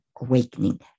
awakening